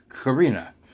Karina